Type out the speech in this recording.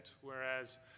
whereas